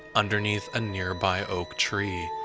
underneath a nearby oak tree.